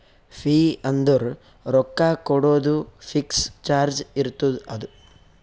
fee ಅಂದುರ್ ರೊಕ್ಕಾ ಕೊಡೋದು ಫಿಕ್ಸ್ ಚಾರ್ಜ್ ಇರ್ತುದ್ ಅದು